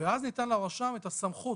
ואז ניתנת לרשם את הסמכות.